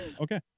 okay